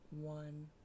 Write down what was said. one